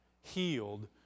healed